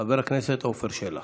חבר הכנסת עפר שלח.